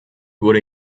wurde